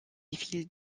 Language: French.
villes